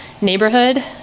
neighborhood